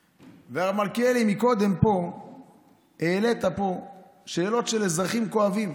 מלכיאלי, קודם העלית פה שאלות של אזרחים כואבים